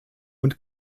und